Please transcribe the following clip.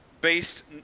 based